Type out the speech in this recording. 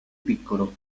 piccolo